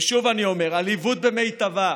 ושוב אני אומר: עליבות במיטבה.